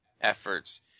efforts